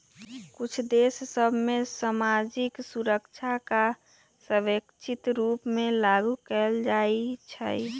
कुछ देश सभ में सामाजिक सुरक्षा कर स्वैच्छिक रूप से लागू कएल जाइ छइ